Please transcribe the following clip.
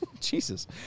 Jesus